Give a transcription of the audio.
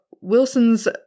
Wilson's